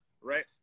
right